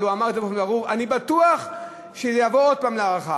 אבל הוא אמר את זה באופן ברור: אני בטוח שזה יבוא עוד פעם להארכה,